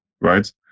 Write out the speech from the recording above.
right